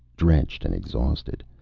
drenched and exhausted,